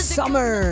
summer